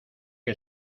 que